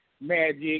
Magic